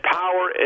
power